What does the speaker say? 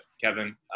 Kevin